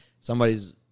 somebody's